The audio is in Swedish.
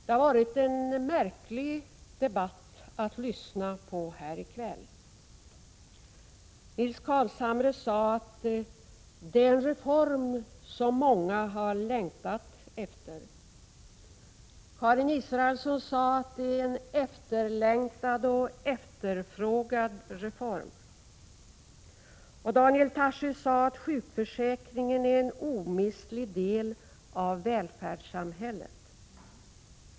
Det har varit en märklig debatt att lyssna på här i kväll. Nils Carlshamre sade att det är en reform som många har längtat efter. Karin Israelsson sade att det är en efterlängtad och efterfrågad reform. Och Daniel Tarschys sade att sjukförsäkringen är en omistlig del av välfärdssamhället.